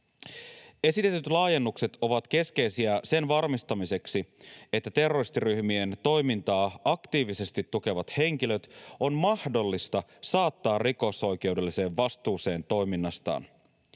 Esitetyt laajennukset ovat keskeisiä sen varmistamiseksi, että terroristiryhmien toimintaa aktiivisesti tukevat henkilöt on mahdollista saattaa rikosoikeudelliseen vastuuseen toiminnastaan.